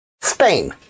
Spain